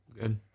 Good